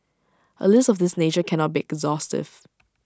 A list of this nature cannot be exhaustive